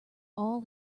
all